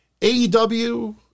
AEW